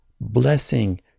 blessing